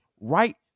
right